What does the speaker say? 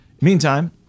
Meantime